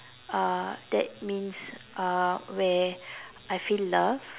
uh that means uh where I feel loved